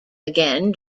again